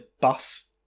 bus